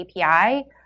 API